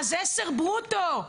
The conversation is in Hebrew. אז 10,000 שקל ברוטו.